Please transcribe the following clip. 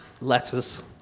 Letters